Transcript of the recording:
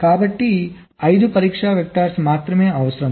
కాబట్టి 5 పరీక్ష వెక్టర్స్ మాత్రమే అవసరం